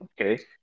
Okay